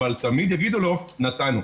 אבל תמיד יגידו לו נתנו.